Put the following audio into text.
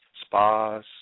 spas